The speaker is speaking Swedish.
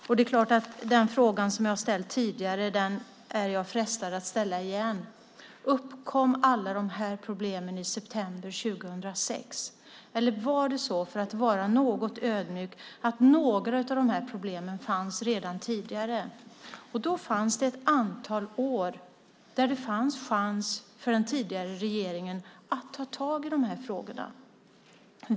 Jag är frestad att ställa den fråga igen som jag har ställt tidigare. Uppkom alla de här problemen i september 2006? Eller var det så, för att vara något ödmjuk, att några av de här problemen fanns redan tidigare? Den tidigare regeringen hade chans att ta tag i de här frågorna under ett antal år.